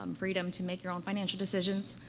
um freedom to make your own financial decisions,